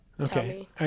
okay